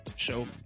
show